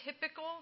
typical